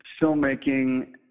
filmmaking